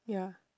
ya